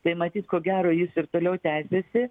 tai matyt ko gero jis ir toliau tęsiasi